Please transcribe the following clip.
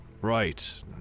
Right